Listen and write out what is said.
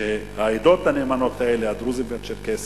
שהעדות הנאמנות האלה, הדרוזים והצ'רקסים,